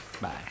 bye